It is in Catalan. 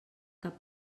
cap